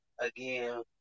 again